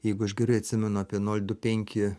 jeigu aš gerai atsimenu apie nol du penki